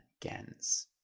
Gens